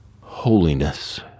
Holiness